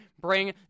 bring